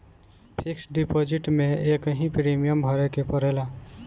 fix deposit में एकही premium भरे के पड़ेला